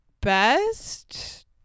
best